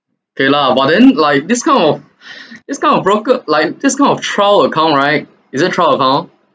okay lah but then like this kind of this kind of broker like this kind of trial account right is it trial account